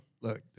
look